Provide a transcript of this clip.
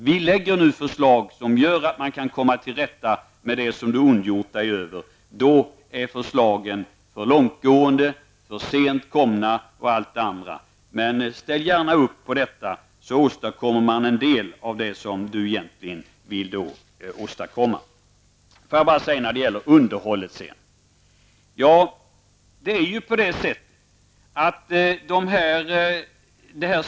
Vi lägger nu fram förslag som innebär att man kan komma till rätta med det som Erling Bager ondgjort sig över. Men då är förslagen, enligt Erling Bager, för långtgående, för sent komna, m.m. Men ställ gärna upp bakom vårt förslag, Erling Bager, så åstadkommer vi en del av det som Erling Bager egentligen vill åstadkomma.